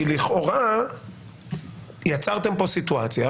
כי לכאורה יצרתם פה סיטואציה